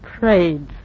Prayed